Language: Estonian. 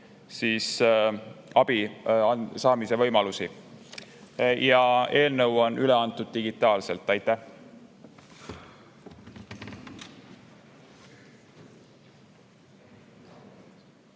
abi saamise võimalusi. Eelnõu on üle antud digitaalselt. Aitäh!